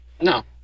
No